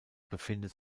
befindet